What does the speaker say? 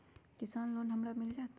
किसान लोन हमरा मिल जायत?